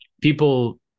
people